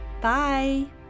Bye